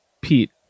Pete